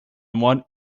one